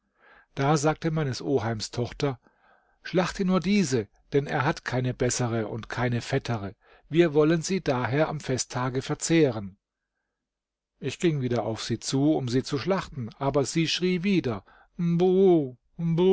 da sagte meines oheims tochter schlachte nur diese denn er hat keine bessere und keine fettere wir wollen sie daher am festtage verzehren ich ging wieder auf sie zu um sie zu schlachten aber sie schrie wieder